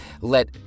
let